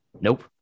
Nope